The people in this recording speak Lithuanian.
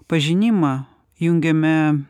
pažinimą jungiame